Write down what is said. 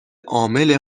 عامل